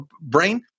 brain